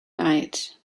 night